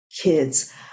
kids